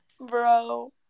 bro